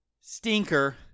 Stinker